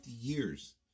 years